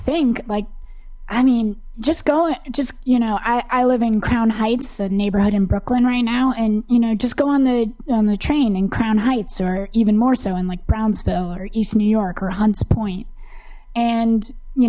think like i mean just going just you know i i live in crown heights a neighborhood in brooklyn right now and you know just go on the on the train and crown heights or even more so in like brownsville or east new york or hunts point and you